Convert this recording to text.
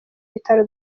bitaro